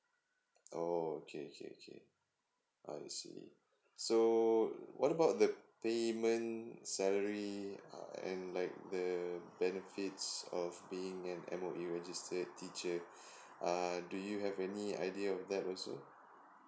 oh okay okay okay I see so what about the payment salary uh and like the benefits of being an M_O_E registered teacher uh do you have any idea of that also